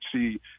see